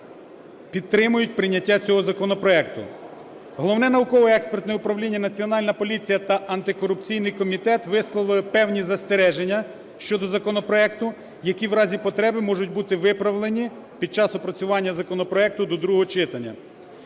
підтримують прийняття цього законопроекту. Головне науково-експертне управління, Національна поліція та антикорупційний комітет висловили певні застереження щодо законопроекту, які в разі потреби можуть бути виправлені під час опрацювання законопроекту до другого читання.